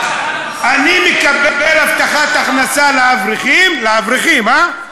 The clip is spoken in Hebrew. אני מקבל הבטחת הכנסה לאברכים, לאברכים, אה?